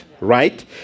right